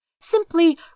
simply